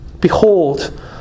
Behold